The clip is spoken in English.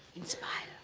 inspired.